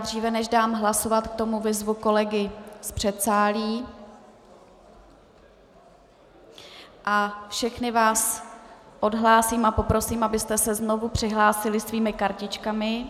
Dříve než dám hlasovat k tomu vyzvu kolegy z předsálí a všechny vás odhlásím a poprosím, abyste se znovu přihlásili svými kartičkami.